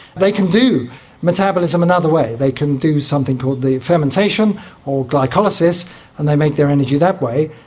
they can do metabolism another way, they can do something called the fermentation or glycolysis and they make their energy that way.